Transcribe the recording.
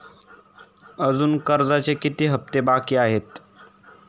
अजुन कर्जाचे किती हप्ते बाकी आहेत?